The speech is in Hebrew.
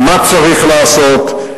מה צריך לעשות,